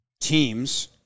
teams